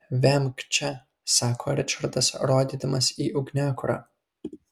vemk čia sako ričardas rodydamas į ugniakurą